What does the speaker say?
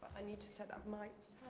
i need to set up my